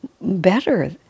better